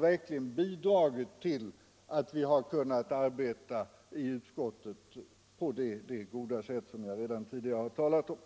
verkligen har bidragit till att vi kunnat arbeta i utskottet på det goda sätt som jag redan tidigare har talat om.